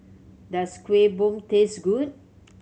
does Kueh Bom taste good